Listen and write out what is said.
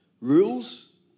rules